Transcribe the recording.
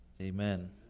Amen